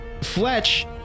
Fletch